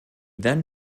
then